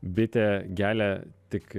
bitė gelia tik